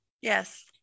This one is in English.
Yes